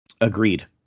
Agreed